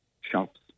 shops